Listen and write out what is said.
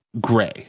gray